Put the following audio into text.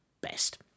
best